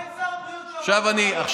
מה עם ראש הממשלה שעבר על ההנחיות?